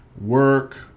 work